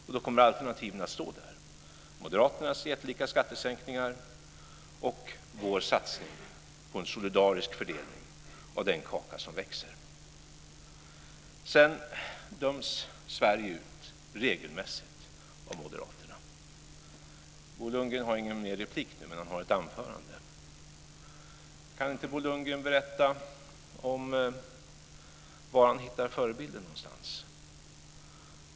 Och då kommer alternativen att stå där - moderaternas jättelika skattesänkningar och vår satsning på en solidarisk fördelning av den kaka som växer. Sedan döms Sverige regelmässigt ut av moderaterna. Bo Lundgren har ingen mer replik nu, men han har ett anförande. Kan inte Bo Lundgren berätta var någonstans han hittar förebilder.